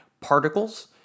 particles